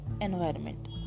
environment